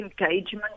engagement